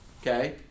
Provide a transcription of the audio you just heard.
Okay